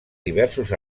diversos